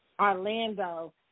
Orlando